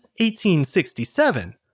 1867